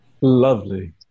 Lovely